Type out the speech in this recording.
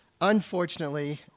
Unfortunately